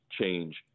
change